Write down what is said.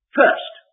first